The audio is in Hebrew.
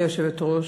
גברתי היושבת-ראש,